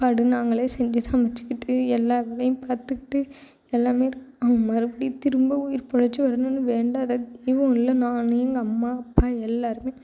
சாப்பாடு நாங்களே செஞ்சு சமைச்சிகிட்டு எல்லா வேலையும் பார்த்துக்கிட்டு எல்லாம் மறுபடியும் திரும்ப உயிர் பொழைச்சி வரணும்னு வேண்டாத தெய்வம் இல்லை நான் எங்கள் அம்மா அப்பா எல்லோருமே